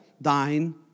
thine